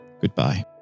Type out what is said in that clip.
goodbye